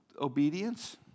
obedience